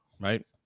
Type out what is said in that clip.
right